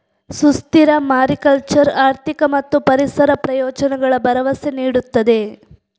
ಸುಸ್ಥಿರ ಮಾರಿಕಲ್ಚರ್ ಆರ್ಥಿಕ ಮತ್ತು ಪರಿಸರ ಪ್ರಯೋಜನಗಳ ಭರವಸೆ ನೀಡುತ್ತದೆ